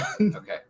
Okay